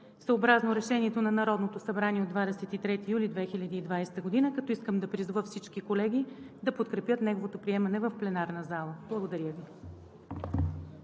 съобразно решението на Народното събрание от 23 юли 2020 г., като искам да призова всички колеги да подкрепят неговото приемане в пленарната зала. Благодаря Ви.